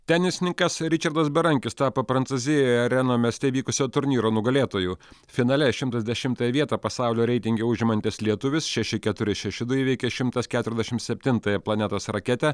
tenisininkas ričardas berankis tapo prancūzijoje reno mieste vykusio turnyro nugalėtoju finale šimtas dešimtąją vietą pasaulio reitinge užimantis lietuvis šeši keturi šeši du įveikė šimtas keturiasdešimt septintąją planetos raketę